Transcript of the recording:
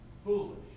Foolish